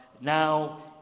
now